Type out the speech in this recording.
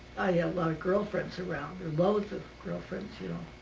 a lot of girlfriends around. there were loads of girlfriends, you